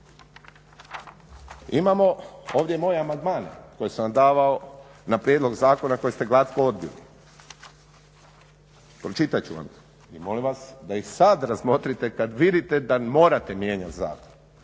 Imamo ovdje moje amandmane koje sam vam davao na prijedlog zakona koje ste glatko odbili. Pročitat ću vam i molim vas da ih sada razmotrite kada vidite da morate mijenjati zakon.